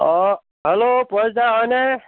অ' hello পৰেশদা হয়নে